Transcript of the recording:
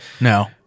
No